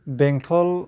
बेंटल